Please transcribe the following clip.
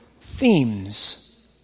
themes